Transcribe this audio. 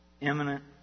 imminent